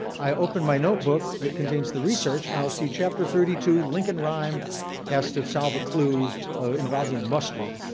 i open my notebook that contains the research, and i'll see chapter thirty two, lincoln rhyme has to solve a clue involving mustard.